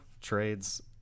trades